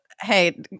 Hey